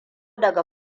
daga